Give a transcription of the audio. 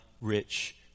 rich